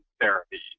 therapy